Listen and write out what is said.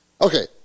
Okay